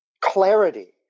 clarity